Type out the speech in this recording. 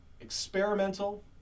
experimental